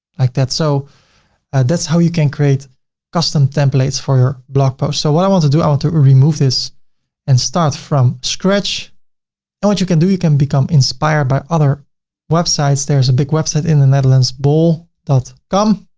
like that. so that's how you can create custom templates for your blog posts. so what i want to do. i want to remove this and start from scratch and what you can do. you can become inspired by other websites. there's a big website in the netherlands bol com.